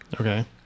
Okay